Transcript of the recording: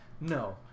no